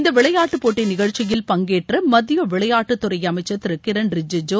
இந்த விளையாட்டுப்போட்டி நிகழ்ச்சியில் பங்கேற்ற மத்திய விளையாட்டுத்துறை அமைச்சர் திரு கிரண் ரிஜிஜு